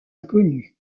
inconnue